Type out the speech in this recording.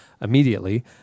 immediately